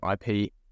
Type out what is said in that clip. IP